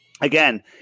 again